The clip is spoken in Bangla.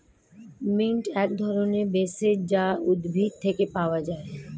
মিন্ট এক ধরনের ভেষজ যা উদ্ভিদ থেকে পাওয় যায়